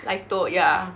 lito ya